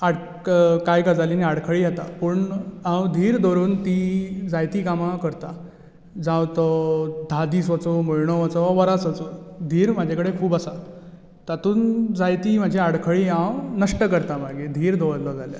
कांय गजालींनीं आडखळी येता पूण हांव धीर धरून तीं जायतीं कामां करतां जावं तो धा दीस वचूं म्हयनो वचूं वा वर्स वचूं धीर म्हजे कडेन खूब आसा तातूंत जायतीं म्हजीं आडखळीं हांव नश्ट करतां धीर दवरलो जाल्यार